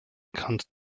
kant